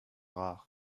rares